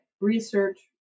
Research